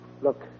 look